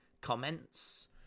comments